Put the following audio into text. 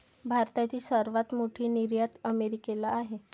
भारताची सर्वात मोठी निर्यात अमेरिकेला आहे